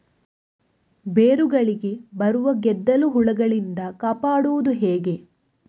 ಬೇರುಗಳಿಗೆ ಬರುವ ಗೆದ್ದಲು ಹುಳಗಳಿಂದ ಕಾಪಾಡುವುದು ಹೇಗೆ?